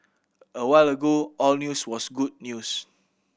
a while ago all news was good news